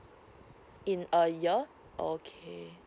in a year okay